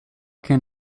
can